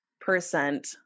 percent